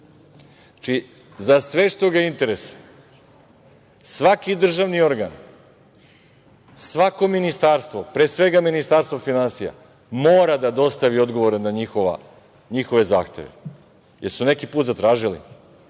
za sve što ga interesuje, svaki državni organ, svako ministarstvo, pre svega Ministarstvo finansija, mora da dostavi odgovore na njihove zahteve. Da li su neki put zatražili?